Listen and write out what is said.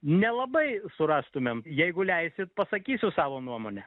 nelabai surastumėm jeigu leisit pasakysiu savo nuomonę